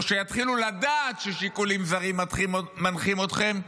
או שיתחילו לדעת ששיקולים זרים מנחים אתכם,